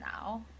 now